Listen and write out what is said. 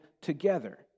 together